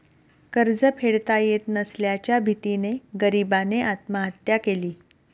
कर्ज फेडता येत नसल्याच्या भीतीने गरीबाने आत्महत्या केली